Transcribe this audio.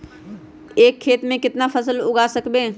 एक खेत मे केतना फसल उगाय सकबै?